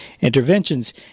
interventions